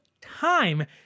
time